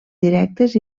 directes